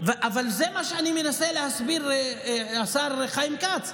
וזה מה שאני מנסה להסביר, השר חיים כץ.